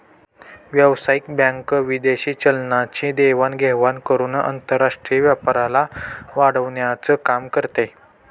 व्यावसायिक बँक विदेशी चलनाची देवाण घेवाण करून आंतरराष्ट्रीय व्यापाराला वाढवण्याचं काम करते